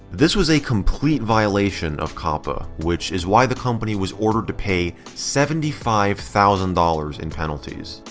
this was a complete violation of coppa, which is why the company was ordered to pay seventy five thousand dollars in penalties.